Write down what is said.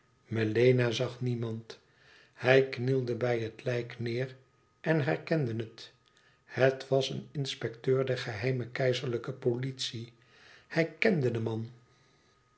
melena zag niemand hij knielde bij het lijk neêr en herkende het het was een inspecteur der geheime keizerlijke politie hij kende den man